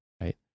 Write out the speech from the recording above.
right